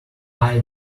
eye